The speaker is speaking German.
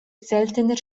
seltener